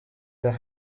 the